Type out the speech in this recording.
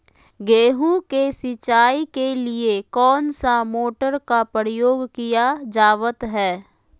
गेहूं के सिंचाई के लिए कौन सा मोटर का प्रयोग किया जावत है?